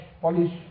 polish